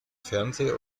fernseh